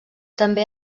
també